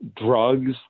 drugs